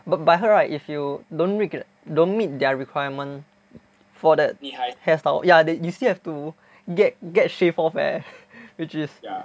but but I heard right if you don't meet~ don't meet their requirement for that hair style ya you still have to get get shave off eh which is